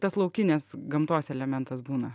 tas laukinės gamtos elementas būna